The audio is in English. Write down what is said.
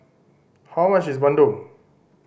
how much is bandung